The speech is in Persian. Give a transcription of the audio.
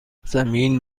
زمین